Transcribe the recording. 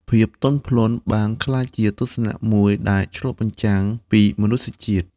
ភាពទន់ភ្លន់បានក្លាយជាទស្សនៈមួយដែលឆ្លុះបញ្ចាំងពីមនុស្សជាតិ។